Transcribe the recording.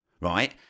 right